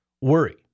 worry